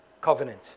covenant